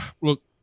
look